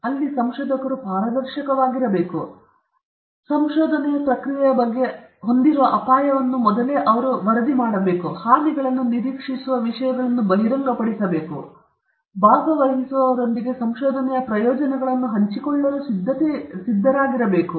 ಅಲ್ಲಿ ಸಂಶೋಧಕರು ಪಾರದರ್ಶಕವಾಗಿರಬೇಕು ಸಂಶೋಧನೆ ಪ್ರಕ್ರಿಯೆಯ ಬಗ್ಗೆ ಅವರು ಹೊಂದಿರುವ ಯಾವುದೇ ಅಪಾಯವನ್ನು ಅಥವಾ ವರದಿ ಮಾಡಬೇಕಾಗಿರುವ ಹಾನಿಗಳನ್ನು ನಿರೀಕ್ಷಿಸುವಲ್ಲೆಲ್ಲಾ ಮಾಹಿತಿಯನ್ನು ಬಹಿರಂಗಪಡಿಸಬೇಕು ಅವರು ಭಾಗವಹಿಸುವವರೊಂದಿಗೆ ಸಂಶೋಧನೆಯ ಪ್ರಯೋಜನಗಳನ್ನು ಹಂಚಿಕೊಳ್ಳಲು ಸಿದ್ಧತೆ ಪಡಿಸಬೇಕು